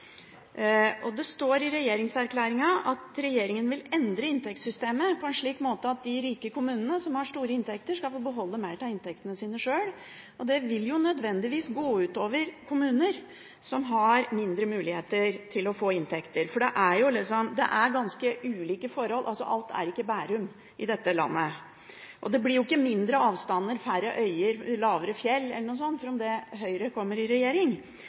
Og det står i regjeringserklæringen at regjeringen vil endre inntektssystemet på en slik måte at de rike kommunene, som har store inntekter, skal få beholde mer av inntektene sine sjøl. Det vil jo nødvendigvis gå ut over kommuner som har mindre muligheter til å få inntekter, for det er ganske ulike forhold. Alt er jo ikke som i Bærum i dette landet. Og det blir jo ikke mindre avstander, færre øyer og lavere fjell fordi Høyre kommer i regjering.